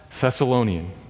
Thessalonian